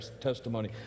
testimony